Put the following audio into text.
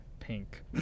pink